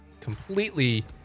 completely